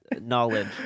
knowledge